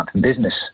business